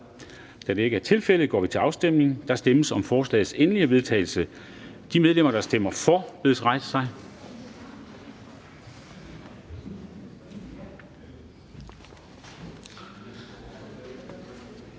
Afstemning Formanden (Henrik Dam Kristensen): Der stemmes om forslagets endelige vedtagelse. De medlemmer, der stemmer for, bedes rejse sig.